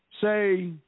say